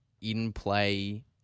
in-play